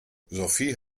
sophie